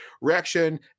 Reaction